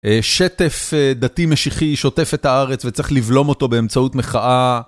שטף דתי משיחי שוטף את הארץ וצריך לבלום אותו באמצעות מחאה.